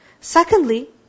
Secondly